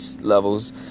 levels